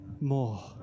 more